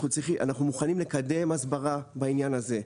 אנחנו מוכנים לקדם הסברה בעניין הזה,